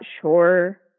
sure